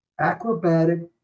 acrobatic